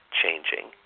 changing